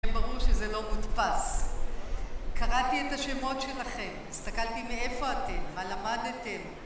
זה ברור שזה לא מודפס, קראתי את השמות שלכם, הסתכלתי מאיפה אתם, מה למדתם,